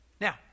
Now